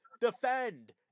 Defend